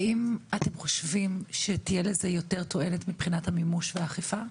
האם אתם חושבים שתהיה לזה יותר תועלת מבחינת המימוש והאכיפה?